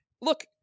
look